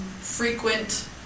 frequent